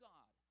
God